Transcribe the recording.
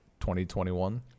2021